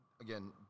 again